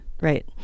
Right